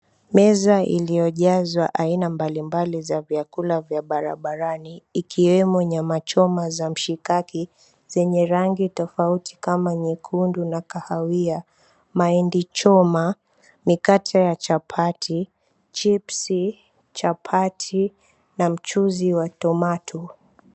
Meza iliyojazwa aina mbalimbali za vyakula vya barabarani ikiwemo nyama choma za mshikaki zenye rangi tofauti kama nyekundu na kahawia, mahindi choma, mikate ya chapati, chipsi, chapati na mchuzi wa tomato.